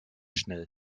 schnell